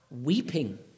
weeping